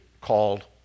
called